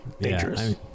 Dangerous